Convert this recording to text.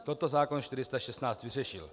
Toto zákon 416 vyřešil.